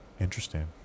Interesting